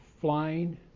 flying